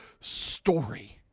story